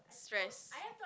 stress